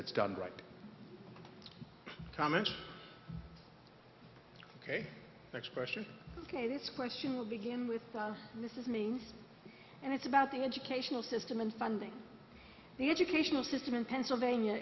it's done right comments ok next question this question will begin with this is means and it's about the educational system and funding the educational system in pennsylvania